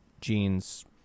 jeans